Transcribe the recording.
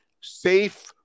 safe